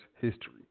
history